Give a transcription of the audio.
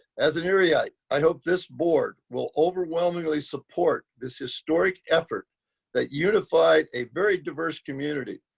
as an area. i i hope this board will overwhelmingly support this historic effort that unified a very diverse community.